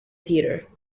theater